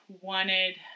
wanted